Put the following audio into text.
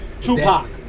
Tupac